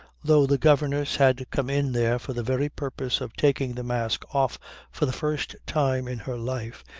though the governess had come in there for the very purpose of taking the mask off for the first time in her life,